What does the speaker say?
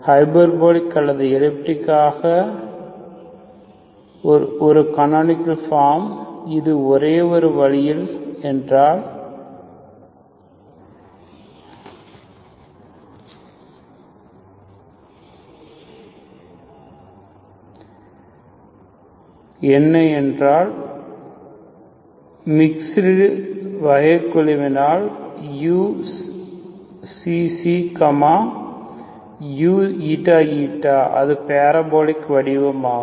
hyperbolic அல்லது elliptic ஆக ஒரு கனோனிக்கள் ஃபார்ம் இது ஒரே வேரியபில் என்றால் என்று பார்க்கிறீர்களா என்பதைச் மீக்ஸ்டு வகைக்கெழுவினால் uξ ξ uηη அது பாரபோலிக் வடிவமாகும்